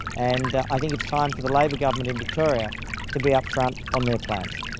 and i think it's time for the labor government in victoria to be upfront on their plans.